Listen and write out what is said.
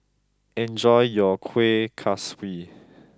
enjoy your Kuih Kaswi